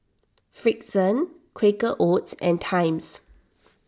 Frixion Quaker Oats and Times